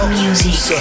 music